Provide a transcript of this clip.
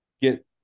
get